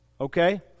Okay